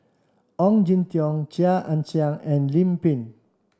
Ong Jin Teong Chia Ann Siang and Lim Pin